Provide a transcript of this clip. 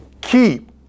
keep